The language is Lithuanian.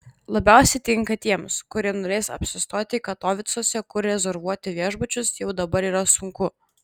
labiausia tinka tiems kurie norės apsistoti katovicuose kur rezervuoti viešbučius jau dabar yra sunku